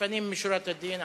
לפנים משורת הדין,